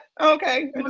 Okay